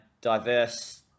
diverse